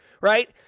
right